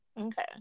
Okay